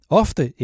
ofte